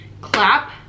clap